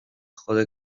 jode